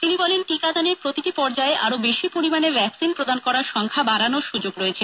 তিনি বলেন টীকা দানের প্রতিটি পর্যায়ে আরো বেশী পরিমাণে ভ্যাকসিন প্রদান করার পরিমাণ বাড়ানোর সুযোগ রয়েছে